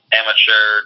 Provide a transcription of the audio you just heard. amateur